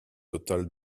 total